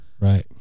Right